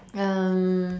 um